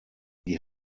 sie